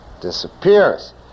Disappears